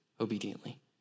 obediently